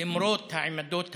למרות העמדות הימניות,